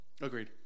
Agreed